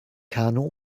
kanu